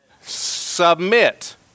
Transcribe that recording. Submit